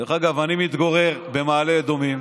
דרך אגב, אני מתגורר במעלה אדומים,